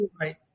right